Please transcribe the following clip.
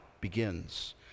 begins